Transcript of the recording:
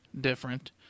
different